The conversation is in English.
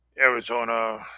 Arizona